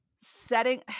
setting